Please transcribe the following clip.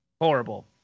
horrible